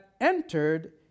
entered